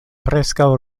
preskaŭ